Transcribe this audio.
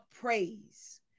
praise